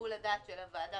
ששיקול הדעת של הוועדה